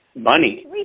money